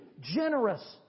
generous